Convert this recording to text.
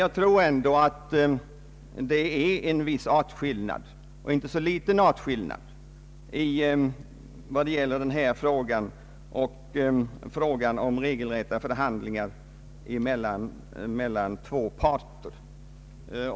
Jag tror dock att det är en viss artskillnad — inte så liten — mellan denna fråga och frågan om regelrätta förhandlingar mellan två parter.